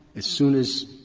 as soon as